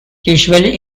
usually